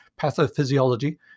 Pathophysiology